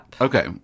okay